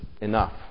enough